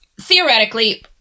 theoretically